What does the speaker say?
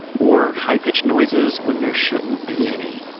or high pitched noises when there shouldn't be any.